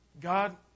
God